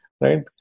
right